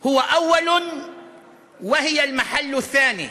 הוא ראשון והיא במקום השני.